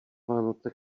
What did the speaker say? vánoce